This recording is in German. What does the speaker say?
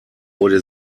wurde